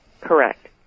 Correct